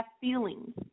feelings